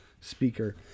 speaker